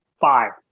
five